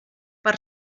per